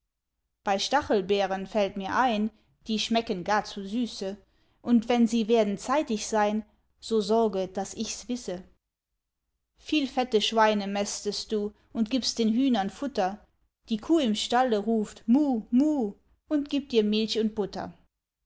bei stachelbeeren fällt mir ein die schmecken gar zu süße und wenn sie werden zeitig sein so sorge daß ich's wisse viel fette schweine mästest du und gibst den hühnern futter die kuh im stalle ruft muh muh und gibt dir milch und butter